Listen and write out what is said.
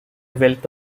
wealth